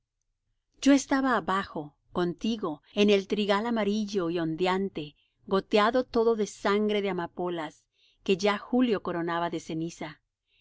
yo estaba abajo contigo en el trigal amarillo y ondeante goteado todo de sangre de amapolas que ya julio coronaba de ceniza